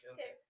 Okay